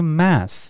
mass